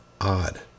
Odd